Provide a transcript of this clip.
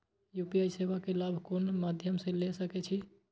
UPI सेवा के लाभ कोन मध्यम से ले सके छी?